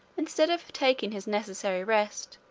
instead of taking his necessary rest,